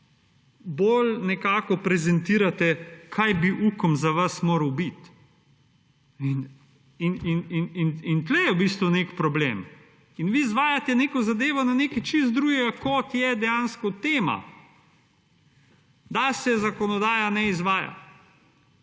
bolj nekako prezentirate kaj bi UKOM za vas moral biti. In tukaj je v bistvu nek problem. In vi izvajate neko zadevo na nekaj čisto drugega, kot je dejansko tema, da se zakonodaja ne izvaja.